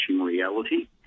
reality